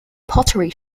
pottery